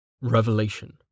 Revelation